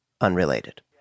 Unrelated